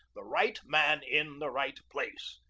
the right man in the right place,